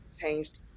changed